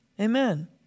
Amen